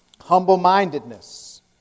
humble-mindedness